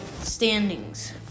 Standings